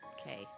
okay